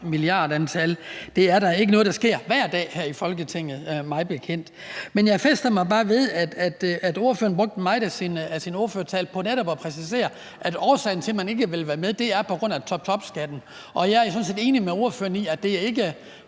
milliardbeløb. Det er da mig bekendt ikke noget, der sker hver dag her i Folketinget. Jeg fæstner mig bare ved, at ordføreren brugte meget af sin ordførertale på netop at præcisere, at årsagen til, at man ikke vil være med, er toptopskatten. Jeg er sådan set enig med ordføreren i, at det heller